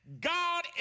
God